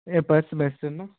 ਇਹ ਪਰ ਸਮੈਸਟਰ ਨਾ